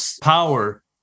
power